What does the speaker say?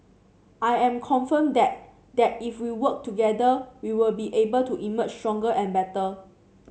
I am confident that that if we work together we will be able to emerge stronger and better